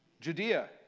Judea